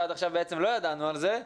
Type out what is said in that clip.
ועד עכשיו לא ידענו על זה.